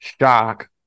shock